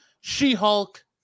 She-Hulk